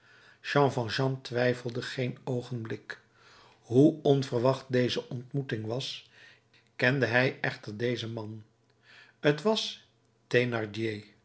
jean valjean twijfelde geen oogenblik hoe onverwacht deze ontmoeting was kende hij echter dezen man t was